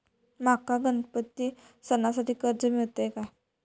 माका गणपती सणासाठी कर्ज मिळत काय?